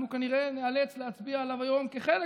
אנחנו כנראה ניאלץ להצביע עליה היום כחלק